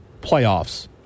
playoffs